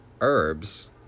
Herbs